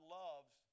loves